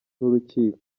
n’urukiko